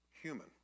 human